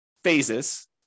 phases